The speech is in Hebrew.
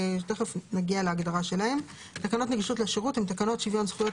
"תקנות נגישות לשירות" תקנות שוויון זכויות